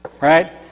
Right